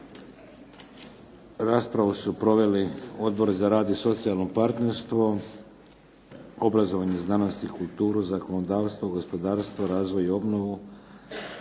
Raspravu su proveli Odbor za rad i socijalno partnerstvo, obrazovanje, znanost i kulturu, zakonodavstvo, gospodarstvo, razvoj i obnovu,